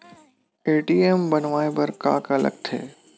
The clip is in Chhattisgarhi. ए.टी.एम बनवाय बर का का लगथे?